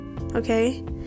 okay